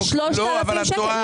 זה 3,000 שקלים.